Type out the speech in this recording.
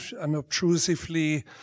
unobtrusively